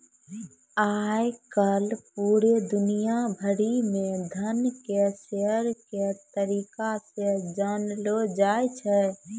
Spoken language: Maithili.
आय काल पूरे दुनिया भरि म धन के शेयर के तरीका से जानलौ जाय छै